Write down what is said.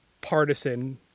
partisan